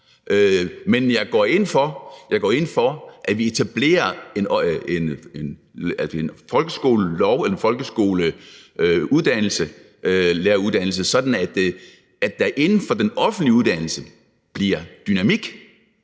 Men jeg går ind for, at vi etablerer en folkeskolelæreruddannelse, sådan at der inden for den offentlige uddannelse bliver dynamik;